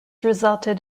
resulted